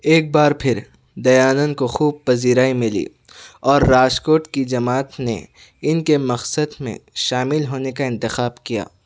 ایک بار پھر دیانند کو خوب پذیرائی مِلی اور راجکوٹ کی جماعت نے اِن کے مقصد میں شامل ہونے کا اِنتخاب کیا